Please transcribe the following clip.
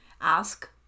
ask